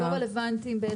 הם בעצם לא רלוונטיים לכספים.